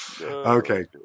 okay